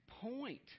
point